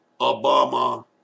obama